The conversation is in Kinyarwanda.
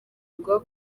rwa